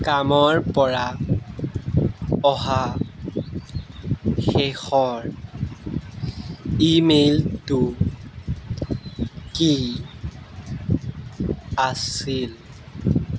কামৰ পৰা অহা শেষৰ ইমেইলটো কি আছিল